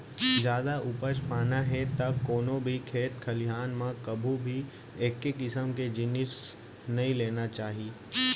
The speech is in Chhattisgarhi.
जादा उपज पाना हे त कोनो भी खेत खलिहान म कभू भी एके किसम के जिनिस नइ लेना चाही